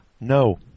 No